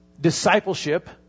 discipleship